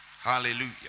hallelujah